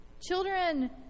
Children